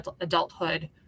adulthood